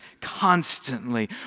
constantly